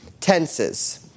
tenses